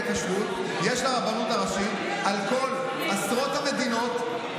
יש לרבנות הראשית על כל עשרות המדינות,